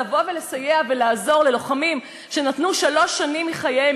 לבוא ולסייע ללוחמים שנתנו שלוש שנים מחייהם,